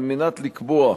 כדי לקבוע,